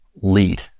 lead